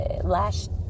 last